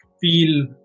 feel